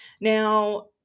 now